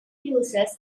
users